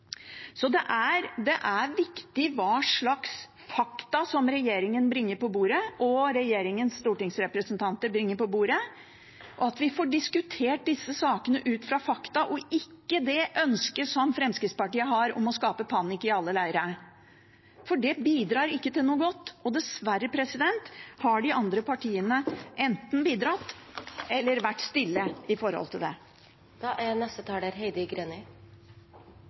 Så det er viktig hva slags fakta regjeringen og regjeringens stortingsrepresentanter bringer på bordet, og at vi får diskutert disse sakene ut fra fakta, og ikke det ønsket som Fremskrittspartiet har, om å skape panikk i alle leirer. For det bidrar ikke til noe godt, og dessverre har de andre partiene enten bidratt til eller vært stille om det. Senterpartiet ønsker en ansvarlig og anstendig flyktningpolitikk, og det aller viktigste for oss er